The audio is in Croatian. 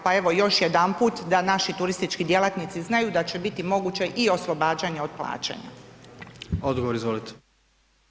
Pa evo, još jedanput da naši turistički djelatnici znaju da će biti moguće i oslobađanje od plaćanja.